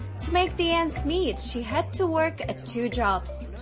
to make the ends meet, she had to work at two jobs.